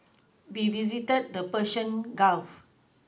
we visited the Persian Gulf